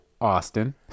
austin